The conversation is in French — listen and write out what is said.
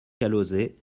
alauzet